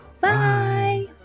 Bye